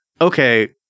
okay